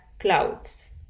clouds